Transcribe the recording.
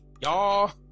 y'all